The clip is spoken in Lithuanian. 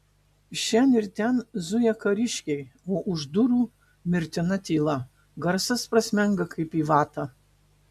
šen ir ten zuja kariškiai o už durų mirtina tyla garsas prasmenga kaip į vatą